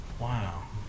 wow